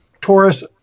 Taurus